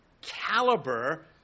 caliber